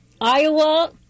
Iowa